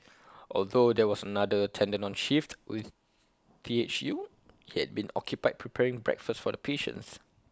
although there was another attendant on shift with T H U he had been occupied preparing breakfast for the patients